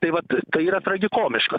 tai vat tai yra tragikomiška